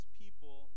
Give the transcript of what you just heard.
people